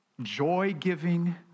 joy-giving